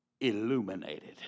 illuminated